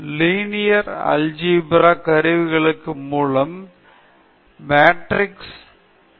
linear அல்ஜீப்ராவை கருவிகளுக்கு மூலம் B மேட்ரிக்ஸ் ன் ஐகேன் வலுஸ் ஐ சரிபார்க்கலாம்